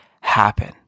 happen